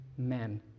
Men